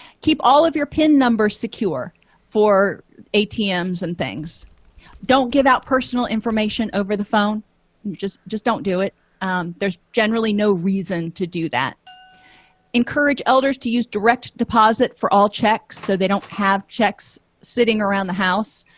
keep all of your pin numbers secure for atms and things don't give out personal information over the phone you just just don't do it there's generally no reason to do that encourage elders to use direct deposit for all checks so they don't have cheques sitting around the house